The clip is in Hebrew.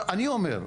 אני אומר,